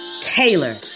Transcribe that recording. Taylor